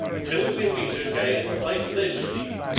till we meet again i pledge thee,